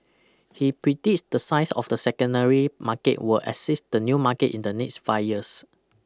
he predicts the size of the secondary market will exceed the new market in the next five years